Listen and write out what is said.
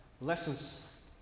lessons